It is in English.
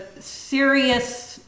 serious